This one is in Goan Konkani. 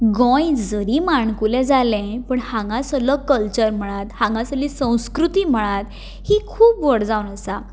गोंय जरी माणकुलें जालें हांगासल्लो कलचर म्हणात हांगा सरली संस्कृती म्हणात ही खूब व्हड आसा